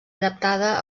adaptada